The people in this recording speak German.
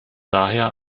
daher